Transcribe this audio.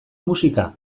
musika